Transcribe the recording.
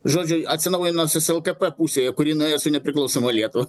žodžiu atsinaujinusios lkp pusėje kuri nuėjo su nepriklausoma lietuva